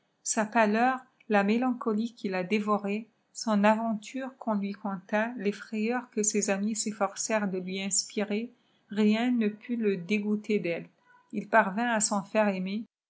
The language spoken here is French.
sa pâleur la mélancolie qui la dévorait son aventure qu'on lui conta les frayeurs que ses amis s'efforcèrent de lui inspirer rien ne put le dégoûter d'elle h parvint à s'en faire aimer